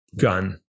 gun